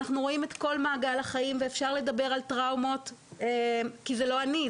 אנחנו רואים את כל מעגל החיים ואפשר לדבר על טראומות כי זה לא אני,